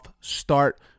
start